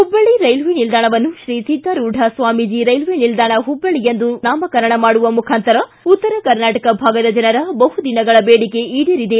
Hubballi railway ನಿಲ್ದಾಣವನ್ನು Shri Siddharoodha Swamiji railway ನಿಲ್ದಾಣ ಹುಬ್ಬಳ್ಳಿ ಎಂದು ನಾಮಕರಣ ಮಾಡುವ ಮುಖಾಂತರ ಉತ್ತರ ಕರ್ನಾಟಕ ಭಾಗದ ಜನರ ಬಹುದಿನಗಳ ಬೇಡಿಕೆ ಈಡೇರಿದೆ